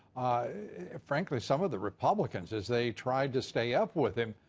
frankly some of the republicans as they try to stay up with him,